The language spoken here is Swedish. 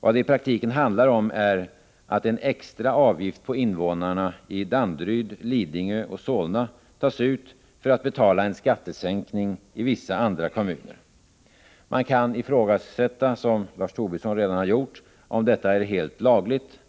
Vad det i praktiken handlar om är att extra avgift på invånarna i Danderyd, Lidingö och Solna skall tas ut för att betala en skattesänkning i vissa andra kommuner. Man kan ifrågasätta, som Lars Tobisson redan har gjort, om detta är helt lagligt.